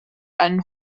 einem